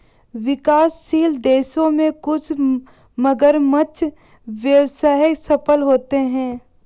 विकासशील देशों में कुछ मगरमच्छ व्यवसाय सफल होते हैं